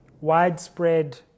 widespread